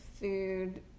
food